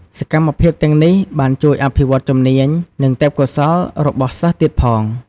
សកម្មភាពទាំងនេះ បានជួយអភិវឌ្ឍជំនាញ និងទេពកោសល្យរបស់សិស្សទៀតផង។